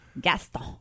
Gaston